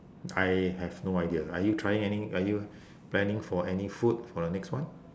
I have no idea are you trying anything are you planning for any food for the next one